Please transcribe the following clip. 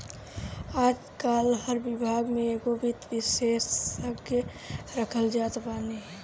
आजकाल हर विभाग में एगो वित्त विशेषज्ञ रखल जात बाने